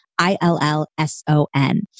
I-L-L-S-O-N